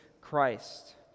Christ